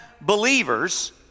believers